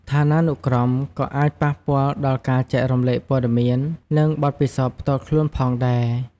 ឋានានុក្រមក៏អាចប៉ះពាល់ដល់ការចែករំលែកព័ត៌មាន និងបទពិសោធន៍ផ្ទាល់ខ្លួនផងដែរ។